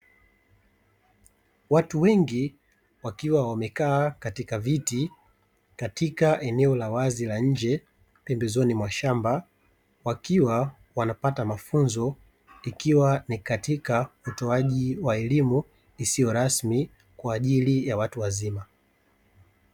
Watu wengi wakiwa wamekaa katika viti katika eneo la wazi la nje pembezoni mwa shamba, wakiwa wanapata mafunzo ikiwa ni katika utoaji wa elimu isiyo rasmi kwa ajili ya watu wazima.